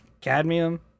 Cadmium